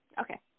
Okay